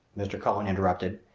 mr. cullen interrupted,